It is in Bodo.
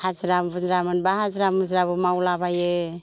हाजिरा मुजिरा मोनबा हाजिरा मुजिराबो मावलाबायो